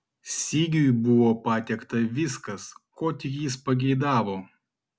sigiui buvo patiekta viskas ko tik jis pageidavo